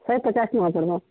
ଶହେ ପଚାଶ ଟଙ୍କା ପଡ଼୍ବା